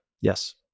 Yes